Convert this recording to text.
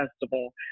Festival